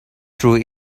true